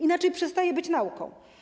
Inaczej przestaje być nauką.